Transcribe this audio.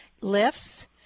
lifts